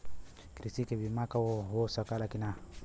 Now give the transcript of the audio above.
कृषि के बिमा हो सकला की ना?